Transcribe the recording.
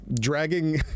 dragging